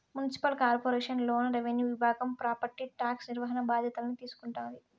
municipal corporation లోన revenue విభాగం property tax నిర్వహణ బాధ్యతల్ని తీసుకుంటాది